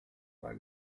war